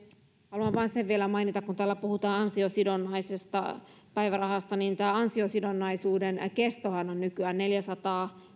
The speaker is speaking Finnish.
haluan vain sen vielä mainita kun täällä puhutaan ansiosidonnaisesta päivärahasta että tämä ansiosidonnaisuuden kestohan on nykyään neljäsataa